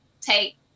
take